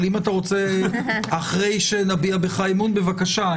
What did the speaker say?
אבל אם אתה רוצה אחרי שנביע בך אמון, בבקשה.